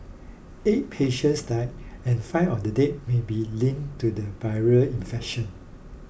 eight patients died and five of the deaths may be linked to the viral infection